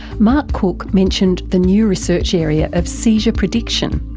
mark cook mentioned the new research area of seizure prediction.